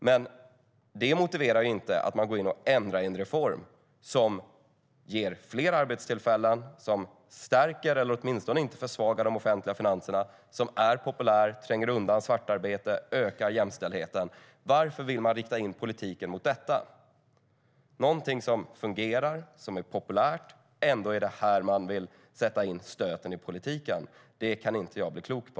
Men det motiverar inte att man går in och ändrar i en reform som ger fler arbetstillfällen, stärker eller åtminstone inte försvagar de offentliga finanserna, är populär, tränger undan svartarbete och ökar jämställdheten. Varför vill man rikta politiken mot detta? Det är någonting som fungerar, som är populärt. Ändå är det här man vill sätta in stöten i politiken. Det blir jag inte klok på.